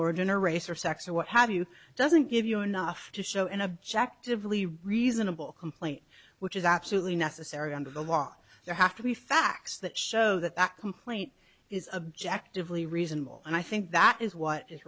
origin or race or sex or what have you doesn't give you enough to show an objective really reasonable complaint which is absolutely necessary under the law there have to be facts that show that that complaint is objective lee reasonable and i think that is what is